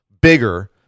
bigger